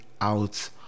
out